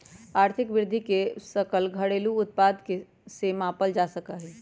आर्थिक वृद्धि के सकल घरेलू उत्पाद से मापल जा सका हई